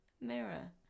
Mirror